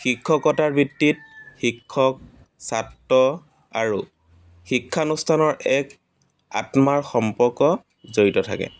শিক্ষকতাৰ বৃত্তিত শিক্ষক ছাত্ৰ আৰু শিক্ষানুষ্ঠানৰ এক আত্মাৰ সম্পৰ্ক জড়িত থাকে